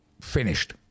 finished